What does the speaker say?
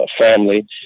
family